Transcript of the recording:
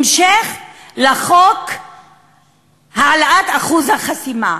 המשך לחוק העלאת אחוז החסימה.